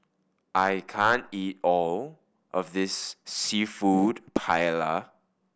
I can't eat all of this Seafood Paella